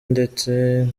ndetse